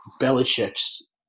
Belichick's